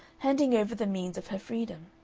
handing over the means of her freedom.